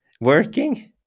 working